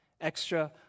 extra